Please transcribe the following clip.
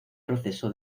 proceso